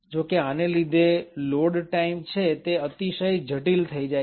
જોકે આને લીધે લોડ ટાઈમ છે તે અતિશય જટિલ થઈ જાય છે